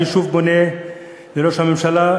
אני שוב פונה לראש הממשלה,